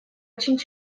очень